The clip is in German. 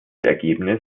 ergebnis